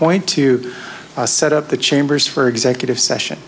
point to set up the chambers for executive session